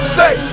Stay